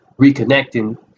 reconnecting